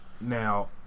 now